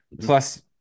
Plus